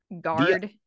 Guard